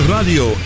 Radio